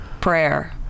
prayer